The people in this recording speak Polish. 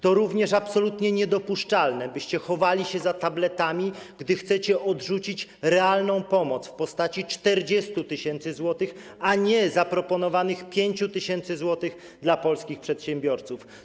To również absolutnie niedopuszczalne, byście chowali się za tabletami, gdy chcecie odrzucić realną pomoc w postaci 40 tys. zł, a nie zaproponowanych 5 tys. zł, dla polskich przedsiębiorców.